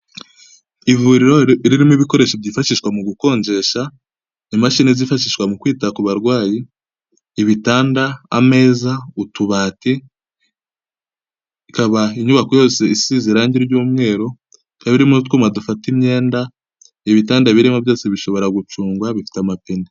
Ivuriro ririmo ibikoresho byifashishwa mu gukonjesha, imashini zifashishwa mu kwita ku barwayi, ibitanda, ameza, utubati, ikaba inyubako yose isize irangi ry'umweru, ikaba irimo utwuma dufata imyenda, ibitanda birimo byose bishobora gucungwa bifite amapine.